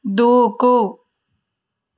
దూకు